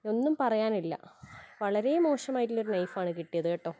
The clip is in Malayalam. ഒന്നും പറയാനില്ല വളരെ മോശമായിട്ടുള്ള ഒരു നൈഫാണ് കിട്ടിയത് കേട്ടോ